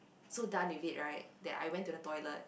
so done with it right that I went to the toilet